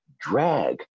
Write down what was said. drag